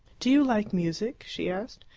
do you like music? she asked.